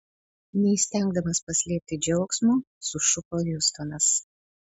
neįstengdamas paslėpti džiaugsmo sušuko hiustonas